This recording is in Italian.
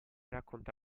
racconta